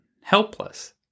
helpless